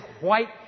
white